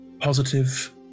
positive